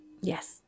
Yes